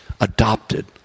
adopted